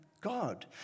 God